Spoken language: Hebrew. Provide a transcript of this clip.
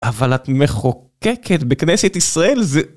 אבל את מחוקקת בכנסת ישראל זה...